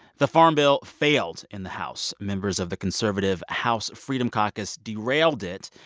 the farm bill failed in the house. members of the conservative house freedom caucus derailed it.